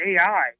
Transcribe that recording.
AI